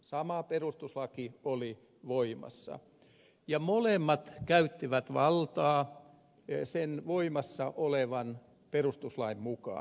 sama perustuslaki oli voimassa ja molemmat käyttivät valtaa sen voimassa olevan perustuslain mukaan